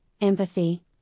empathy